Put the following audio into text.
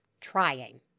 trying